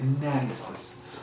analysis